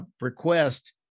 request